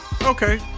Okay